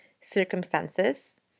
circumstances